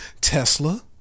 Tesla